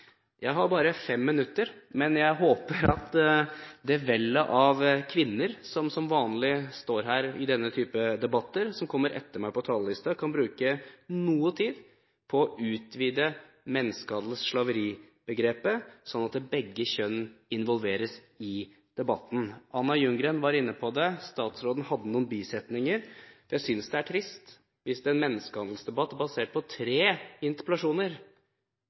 Jeg har bare 5 minutter, men jeg håper at det vellet av kvinner som kommer etter meg på talerlisten og som vanlig står her i denne type debatter, kan bruke noe tid på å utvide menneskehandels-/slaveribegrepet slik at begge kjønn involveres i debatten. Anna Ljunggren var inne på det, og statsråden hadde noen bisetninger. Jeg synes det er trist etter en menneskehandelsdebatt basert på tre interpellasjoner,